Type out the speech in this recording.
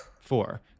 four